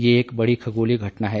यह एक बड़ी खगोलीय घटना है